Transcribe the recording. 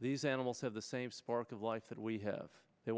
these animals have the same spark of life that we have they